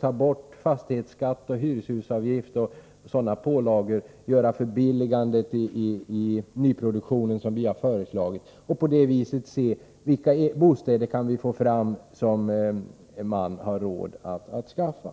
Ta bort fastighetsskatt, hyreshusavgift och sådana pålagor, förbilliga produktionen så som vi har föreslagit och se vilka bostäder det går att få fram som människorna har råd att skaffa